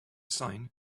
sign